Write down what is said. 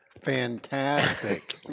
Fantastic